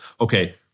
Okay